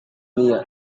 dunia